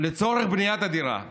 לצורך בניית הדירה.